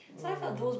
mm